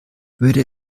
würde